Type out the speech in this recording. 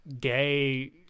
gay